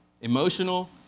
emotional